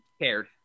cared